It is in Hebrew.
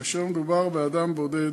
כאשר מדובר באדם בודד,